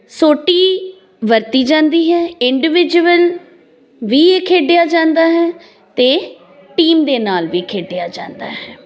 ਸੋਟੀ ਵਰਤੀ ਜਾਂਦੀ ਹੈ ਇੰਡੀਵਿਜੁਅਲ ਵੀ ਇਹ ਖੇਡਿਆ ਜਾਂਦਾ ਹੈ ਅਤੇ ਟੀਮ ਦੇ ਨਾਲ ਵੀ ਖੇਡਿਆ ਜਾਂਦਾ ਹੈ